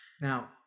Now